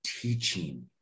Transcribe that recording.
teaching